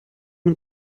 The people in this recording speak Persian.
این